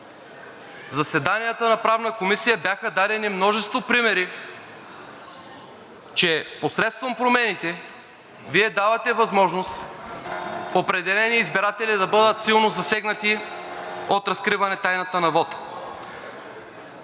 В заседанията на Правната комисия бяха дадени множество примери, че посредством промените Вие давате възможност определени избиратели да бъдат силно засегнати от разкриване тайната на вота.